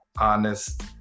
honest